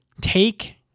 take